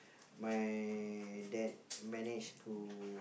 my dad manage to